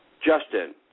Justin